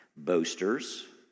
Boasters